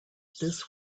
this